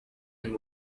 and